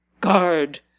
guard